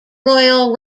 royal